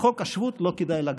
בחוק השבות לא כדאי לגעת.